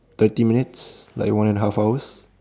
thirty minutes like one and a half hours